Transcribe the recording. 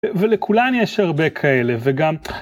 ולכולן יש הרבה כאלה, וגם...